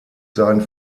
seinen